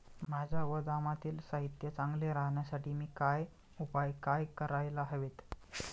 माझ्या गोदामातील साहित्य चांगले राहण्यासाठी मी काय उपाय काय करायला हवेत?